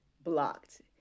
blocked